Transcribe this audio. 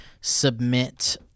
submit